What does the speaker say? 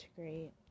integrate